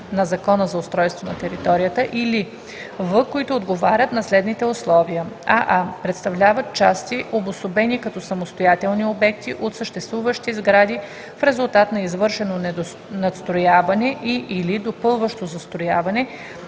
на Закона за устройство на територията, или в) които отговарят на следните условия: аа) представляват части, обособени като самостоятелни обекти от съществуващи сгради в резултат на извършено надстрояване и/или допълващо застрояване,